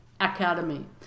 Academy